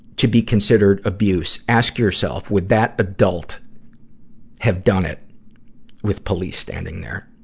to be considered abuse, ask yourself would that adult have done it with police standing there?